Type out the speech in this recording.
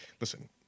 Listen